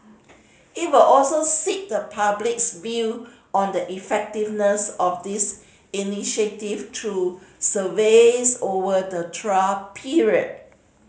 it will also seek the public's view on the effectiveness of this initiative through surveys over the trial period